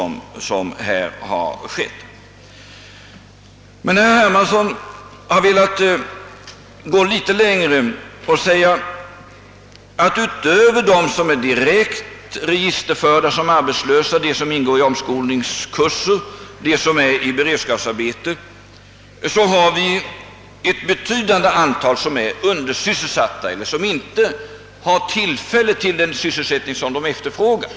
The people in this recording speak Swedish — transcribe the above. Men herr Hermansson ville gå litet längre. Han sade att utöver dem som är direkt registerförda som arbetslösa eller ingår i omskolningskurserna eller deltar i beredskapsarbeten har vi ett betydande antal undersysselsatta, alltså människor som inte har någon möjlighet att få den sysselsättning de efterfrågar.